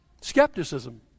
skepticism